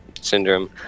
syndrome